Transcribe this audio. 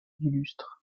illustres